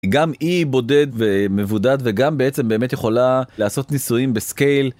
גם אי בודד ומבודד וגם בעצם באמת יכולה לעשות ניסויים בסקייל.